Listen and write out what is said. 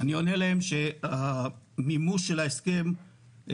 אני עונה להם שהמימוש של ההסכם בצורה